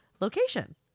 location